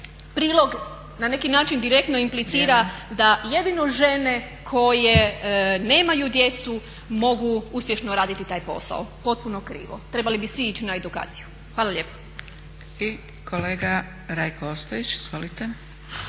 prilog na neki način direktno implicira da jedino žene koje nemaju djecu mogu uspješno raditi taj posao. Potpuno krivo. Trebali bi svi ići na edukaciju. Hvala lijepa. **Zgrebec, Dragica